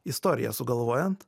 istoriją sugalvojant